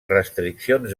restriccions